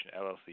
LLC